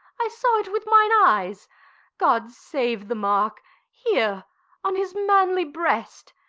i saw it with mine eyes god save the mark here on his manly breast.